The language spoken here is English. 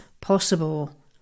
possible